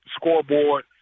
scoreboard